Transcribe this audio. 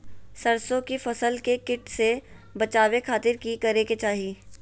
सरसों की फसल के कीट से बचावे खातिर की करे के चाही?